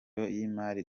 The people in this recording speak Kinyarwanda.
y’imari